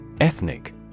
Ethnic